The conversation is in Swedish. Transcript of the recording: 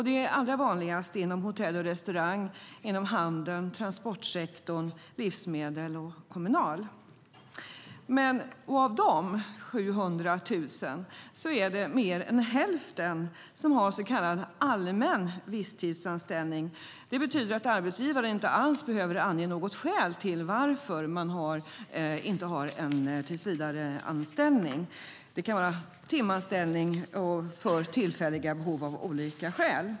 Det är allra vanligast inom hotell och restaurangsektorn, inom handeln, transportsektorn, livsmedelssektorn och den kommunala sektorn. Av dessa 700 000 har mer än hälften en så kallad allmän visstidsanställning. Det betyder att arbetsgivaren inte alls behöver ange något skäl till att man inte har någon tillsvidareanställning. Det kan handla om timanställning för tillfälliga behov av olika skäl.